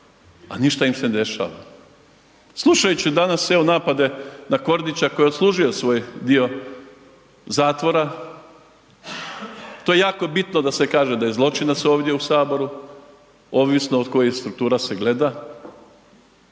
a ništa im se ne dešava. Slušajući danas evo napade na Kordića koji je odslužio svoj dio zatvora, to je jako bitno da se kaže da je zločinac ovdje u Saboru, ovisno od koji struktura se gleda